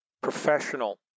professional